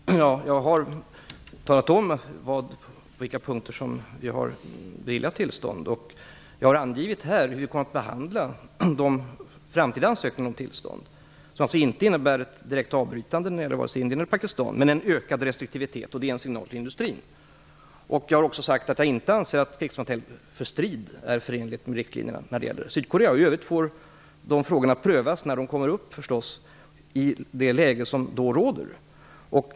Fru talman! Jag har talat om på vilka punkter som vi har beviljat tillstånd, och jag har här angivit hur vi kommer att behandla de framtida ansökningarna om tillstånd. Det innebär inte något direkt avbrytande när det gäller vare sig Indien eller Pakistan men en restriktivitet, och det är en ökad signal till industrin. Jag har också sagt att jag inte anser att krigsmateriel för strid är förenlig med riktlinjerna när det gäller Sydkorea. I övrigt får dessa frågor förstås prövas när de kommer upp, i det läge som då råder.